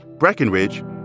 Breckenridge